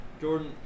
Jordan